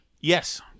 Yes